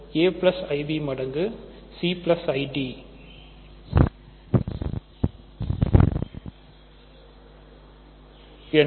a ib மடங்கு cid என்ன